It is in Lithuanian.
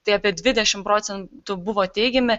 tai apie dvidešim procentų buvo teigiami